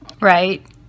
right